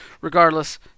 regardless